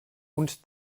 und